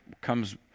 comes